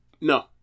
No